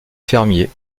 fermiers